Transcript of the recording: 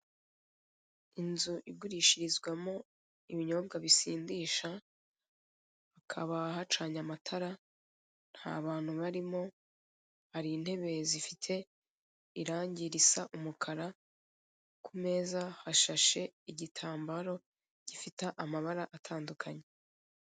Inzu igurishirizwamo ibinyobwa bisindisha, hakaba hacanye amatara, nta bantu barimo, hari intebe zifite irangi risa umukara, ku meza hashashe igitambaro gifite amabara atandukanye.